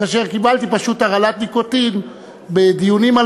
כאשר קיבלתי פשוט הרעלת ניקוטין בדיונים על